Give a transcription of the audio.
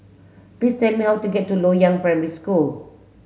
please tell me how to get to Loyang Primary School